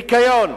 וניקיון.